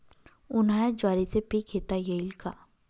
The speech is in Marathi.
उन्हाळ्यात ज्वारीचे पीक घेता येईल का?